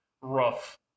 rough